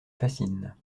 fascine